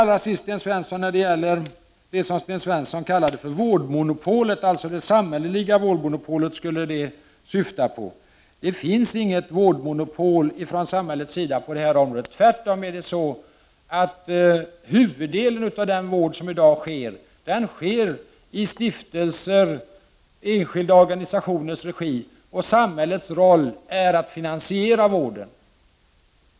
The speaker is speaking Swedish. Allra sist vill jag ge en kommentar till det Sten Svensson kallade vårdmonopolet, vilket skulle syfta på det samhälleliga vårdmonopolet. Men samhäl let har inget vårdmonopol på detta område. Tvärtom sker huvuddelen av vården i dag i stiftelser och i enskilda organisationers regi. Samhällets roll är att finansiera vården.